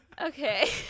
Okay